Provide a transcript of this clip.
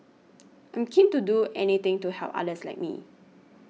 I'm keen to do anything to help others like me